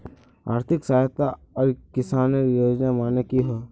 आर्थिक सहायता आर किसानेर योजना माने की होय?